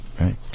Right